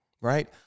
right